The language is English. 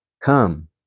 come